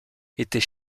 était